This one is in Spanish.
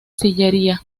sillería